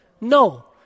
No